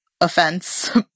offense